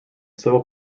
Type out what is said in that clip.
civil